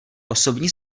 osobní